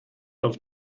auf